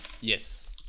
Yes